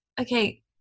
okay